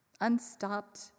unstopped